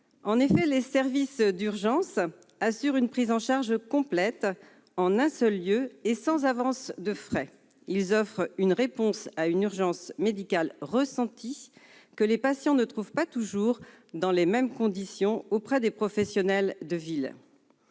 En effet, les services d'urgence assurent une prise en charge complète, en un seul lieu et sans avance de frais. Ils offrent une réponse à une urgence médicale ressentie, que les patients ne trouvent pas toujours, dans les mêmes conditions, auprès des professionnels de ville.